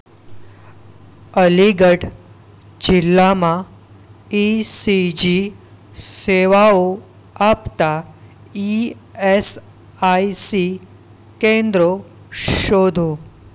અલીગઢ જિલ્લામાં ઇસીજી સેવાઓ આપતાં ઇએસઆઈસી કેન્દ્રો શોધો